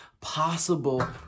possible